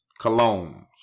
colognes